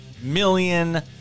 million